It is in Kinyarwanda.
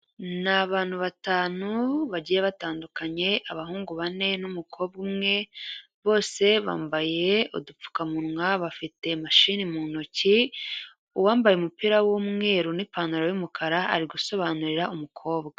Ni abantu batanu bagiye batandukanye abahungu bane n'umukobwa umwe, bose bambaye udupfukamunwa, bafite machine mu ntoki uwambaye umupira w'umweru n'ipantaro y'umukara ari gusobanurira umukobwa.